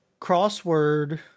Crossword